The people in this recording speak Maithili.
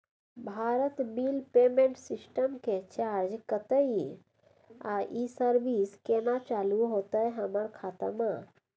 भारत बिल पेमेंट सिस्टम के चार्ज कत्ते इ आ इ सर्विस केना चालू होतै हमर खाता म?